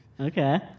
Okay